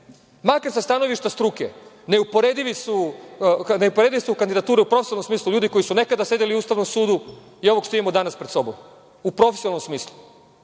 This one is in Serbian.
Makar sa stanovišta struke. Neuporedive su kandidature u profesionalnom smislu, ljudi koji su nekada sedeli u USS i ovog što imamo danas pred sobom, u profesionalnom smislu